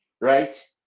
right